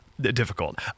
Difficult